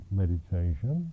meditation